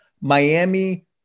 miami